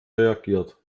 reagiert